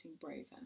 braver